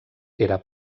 era